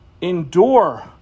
Endure